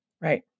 Right